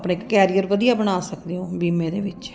ਆਪਣੇ ਕੈਰੀਅਰ ਵਧੀਆ ਬਣਾ ਸਕਦੇ ਹੋ ਬੀਮੇ ਦੇ ਵਿੱਚ